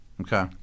Okay